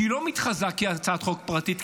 שלא מתחזה כהצעת חוק פרטית,